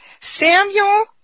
Samuel